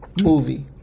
movie